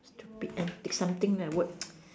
stupid antics something that would